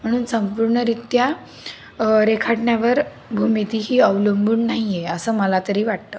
म्हणून संपूर्णरित्या रेखाटण्यावर भूमिती ही अवलंबून नाही आहे असं मला तरी वाटतं